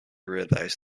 realise